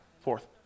Fourth